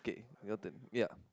okay your turn yeah